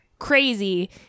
Crazy